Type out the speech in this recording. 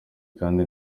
kandi